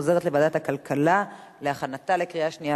לוועדת הכלכלה נתקבלה.